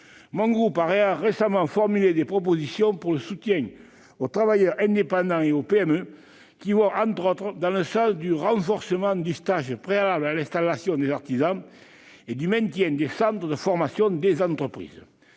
Mon groupe a récemment formulé des propositions visant à soutenir les travailleurs indépendants et les PME. Elles vont, entre autres, dans le sens du renforcement du stage de préparation à l'installation des artisans et du maintien des centres de formalités des entreprises.